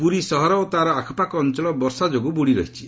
ପୁରୀ ସହର ଓ ତା'ର ଆଖପାଖ ଅଞ୍ଚଳ ବର୍ଷା ଯୋଗୁଁ ବୁଡ଼ିରହିଛି